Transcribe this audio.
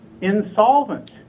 insolvent